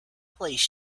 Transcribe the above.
please